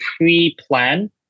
pre-plan